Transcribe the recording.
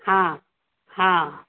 हँ हँ